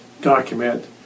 document